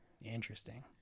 Interesting